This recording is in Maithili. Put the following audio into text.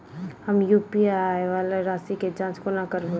हम यु.पी.आई वला राशि केँ जाँच कोना करबै?